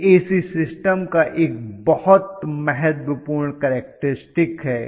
यह AC system का बहुत महत्वपूर्ण केरक्टरिस्टिक है